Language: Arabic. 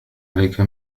عليك